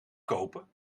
kopen